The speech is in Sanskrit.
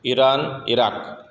इरान् इराक्